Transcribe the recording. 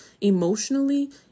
emotionally